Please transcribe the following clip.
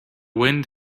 wind